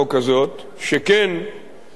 שכן אחדים,